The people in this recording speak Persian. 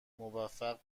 موفق